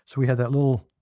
so we had that little,